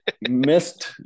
missed